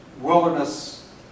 wilderness